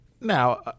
Now